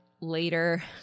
later